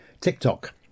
TikTok